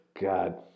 God